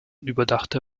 überdachte